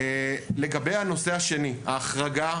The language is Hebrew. לגבי הנושא השני, ההחרגה